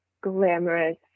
glamorous